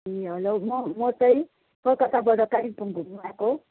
ए hello म म चाहिँ कलकत्ताबाट कालिम्पोङ घुम्नु आएको